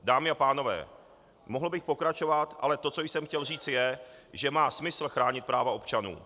Dámy a pánové, mohl bych pokračovat, ale to, co jsem chtěl říct je, že má smysl chránit práva občanů.